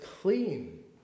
clean